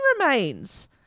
remains